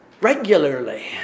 regularly